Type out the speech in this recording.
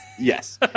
Yes